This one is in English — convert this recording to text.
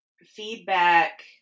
feedback